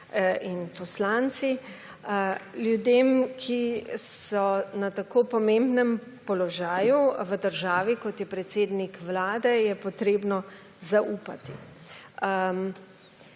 in poslanci! Ljudem, ki so na tako pomembnem položaju v državi, kot je predsednik Vlade, je potrebno zaupati.